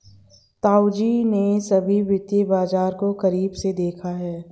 ताऊजी ने सभी वित्तीय बाजार को करीब से देखा है